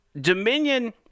Dominion